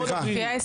סליחה,